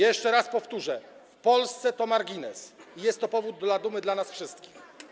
Jeszcze raz powtórzę: w Polsce to margines i jest to powód do dumy dla nas wszystkich.